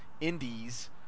indies